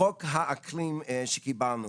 חוק האקלים שקיבלנו.